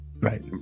Right